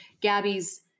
Gabby's